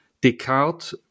Descartes